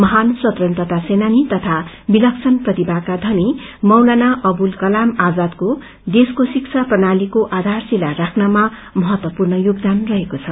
महान स्वतन्त्रता सेनानी तथा विलक्षण प्रतिभाका धनी मौलाना अवुल कलाम आजादको देशको श्रिका प्रणलीको आधारशिला राख्नमा महत्वपूर्ण योगदान रहेको छ